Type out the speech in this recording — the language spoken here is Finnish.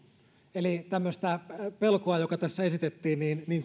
eli tämmöistä pelkoa joka tässä esitettiin